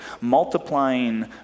multiplying